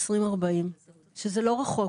2040. שזה לא רחוק,